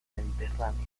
mediterráneo